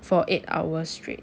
for eight hours straight